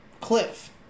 Cliff